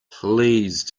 please